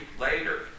later